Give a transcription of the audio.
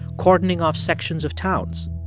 cordoning off sections of towns.